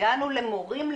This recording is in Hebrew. הגענו למורים,